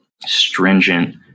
stringent